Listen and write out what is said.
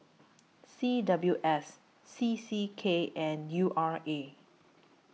C W S C C K and U R A